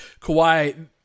Kawhi